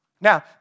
Now